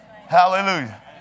Hallelujah